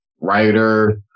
writer